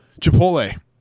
chipotle